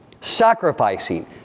sacrificing